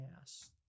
ass